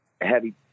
heavy